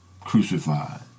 crucified